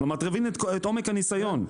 כלומר תבין את עומק הניסיון.